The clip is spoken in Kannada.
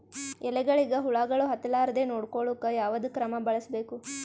ಎಲೆಗಳಿಗ ಹುಳಾಗಳು ಹತಲಾರದೆ ನೊಡಕೊಳುಕ ಯಾವದ ಕ್ರಮ ಬಳಸಬೇಕು?